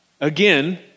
Again